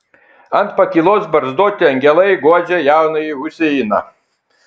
ant pakylos barzdoti angelai guodžia jaunąjį huseiną